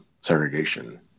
segregation